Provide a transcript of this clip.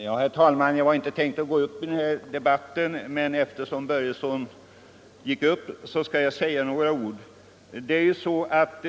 Herr talman! Jag hade inte tänkt gå upp i debatten igen, men jag vill säga några ord med anledning av herr Börjessons i Falköping anförande.